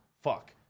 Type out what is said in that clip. Fuck